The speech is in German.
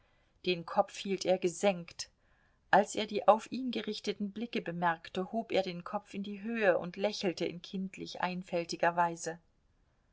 den kopf hielt er gesenkt als er die auf ihn gerichteten blicke bemerkte hob er den kopf in die höhe und lächelte in kindlich einfältiger weise